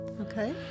Okay